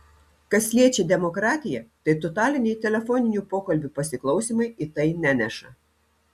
kas liečia demokratiją tai totaliniai telefoninių pokalbių pasiklausymai į tai neneša